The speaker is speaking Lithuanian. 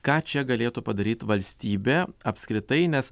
ką čia galėtų padaryt valstybė apskritai nes